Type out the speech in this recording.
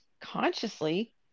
consciously